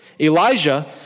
Elijah